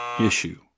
issue